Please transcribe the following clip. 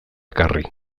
ekarri